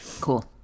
cool